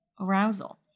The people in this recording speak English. arousal